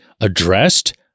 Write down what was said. addressed